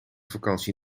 vakantie